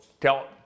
tell